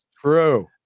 true